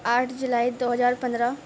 آٹھ جولائی دو ہزار پندرہ